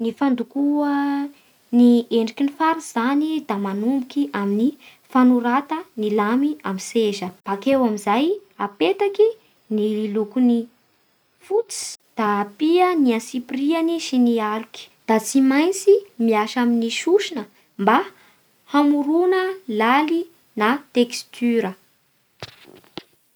Ny fandokoa ny endriky ny faritsy zany da manomboky ny fanorata ny lamy amin'ny seza, bakeo amin'izay apetaky ny lokon'ny fotsy da ampia ny antsipirihany sy ny aloky, da tsy maintsy miasa amin'ny sosna mba hamorona laly na textura